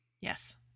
yes